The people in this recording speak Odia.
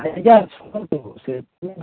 ଆଜ୍ଞା ଶୁଣନ୍ତୁ ସେ